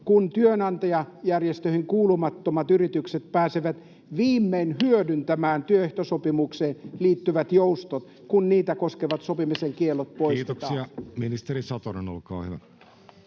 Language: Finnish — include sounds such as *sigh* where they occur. kun työnantajajärjestöihin kuulumattomat yritykset pääsevät viimein hyödyntämään työehtosopimukseen liittyvät joustot, *noise* kun niitä koskevat sopimisen kiellot poistetaan? Kiitoksia. — Ministeri Satonen, olkaa hyvä.